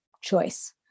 choice